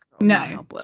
No